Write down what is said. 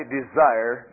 desire